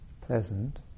pleasant